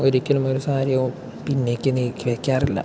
ഒരിക്കലും ഒരു കാര്യവും പിന്നേക്ക് നീക്കി വയ്ക്കാറില്ല